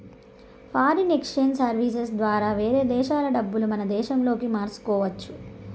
foreign exchange services ద్వారా వేరే దేశాల డబ్బులు మన దేశంలోకి మార్చుకోవచ్చు